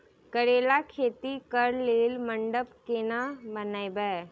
करेला खेती कऽ लेल मंडप केना बनैबे?